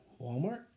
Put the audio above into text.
Walmart